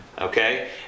okay